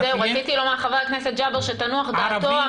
רציתי לומר לחבר הכנסת ג'אבר עסאקלה שתנוח דעתו,